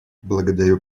благодарю